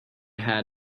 had